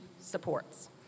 supports